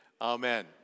Amen